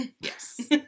Yes